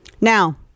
Now